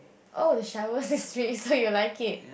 oh the shower is free so you like it